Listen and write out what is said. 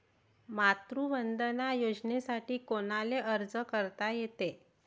मातृवंदना योजनेसाठी कोनाले अर्ज करता येते?